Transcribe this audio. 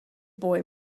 boy